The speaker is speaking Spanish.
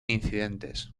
incidentes